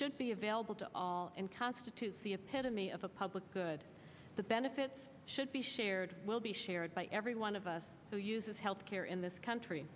should be available to all and constitutes the epitome of a public good the benefits should be shared will be shared by everyone of us who uses health care in this country